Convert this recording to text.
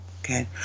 Okay